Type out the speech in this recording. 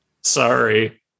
sorry